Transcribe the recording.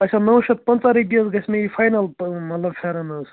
اَچھا نَو شیٚتھ پَنٛژاہ روپیہِ حظ گژھِ مےٚ یہِ فاینَل مطلب پھٮ۪رَن حظ